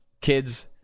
kids